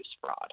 fraud